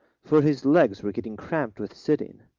for his legs were getting cramped with sitting.